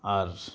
ᱟᱨ